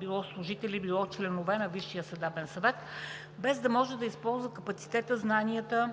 било служители, било членове на Висшия съдебен съвет, без да може да използва капацитета, знанията,